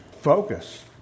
focus